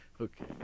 Okay